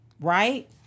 right